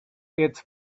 its